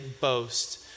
boast